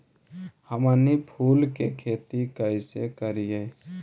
हमनी फूल के खेती काएसे करियय?